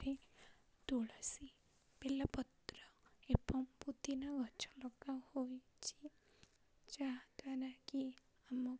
ତୁଳସୀ ବେଲପତ୍ର ଏବଂ ପୋଦିନା ଗଛ ଲଗା ହୋଇଛି ଯାହାଦ୍ୱାରା କି ଆମକୁ